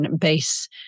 base